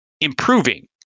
improving